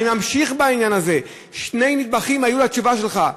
אני ממשיך בעניין הזה: שני נדבכים היו לתשובה שלך,